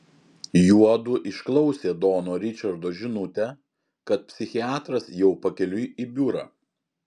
juodu išklausė dono ričardo žinutę kad psichiatras jau pakeliui į biurą